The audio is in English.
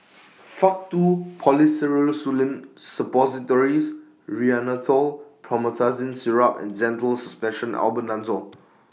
Faktu Policresulen Suppositories Rhinathiol Promethazine Syrup and Zental Suspension Albendazole